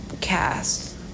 cast